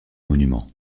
monuments